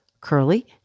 curly